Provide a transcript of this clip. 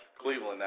Cleveland